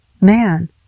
man